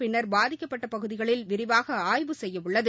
பின்னர் பாதிக்கப்பட்ட பகுதிகளில் விரிவாக ஆய்வு செய்யவுள்ளது